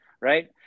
right